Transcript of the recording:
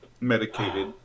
Medicated